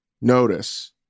notice